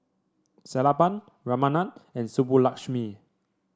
Sellapan Ramanand and Subbulakshmi